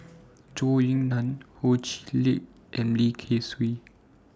Zhou Ying NAN Ho Chee Lick and Lim Kay Siu